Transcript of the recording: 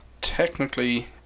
Technically